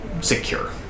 secure